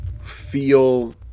feel